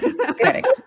correct